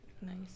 Nice